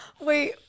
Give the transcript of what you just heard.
Wait